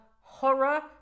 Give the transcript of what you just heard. horror